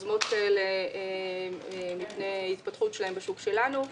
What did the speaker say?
יוזמות כאלה מפני ההתפתחות שלהן בשוק שלנו.